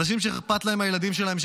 אנשים שאכפת להם מהילדים שלהם,